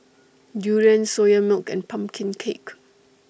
Durian Soya Milk and Pumpkin Cake